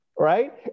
right